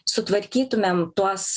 sutvarkytumėm tuos